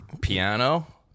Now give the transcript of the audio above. piano